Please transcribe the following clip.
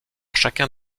chacun